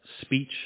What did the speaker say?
speech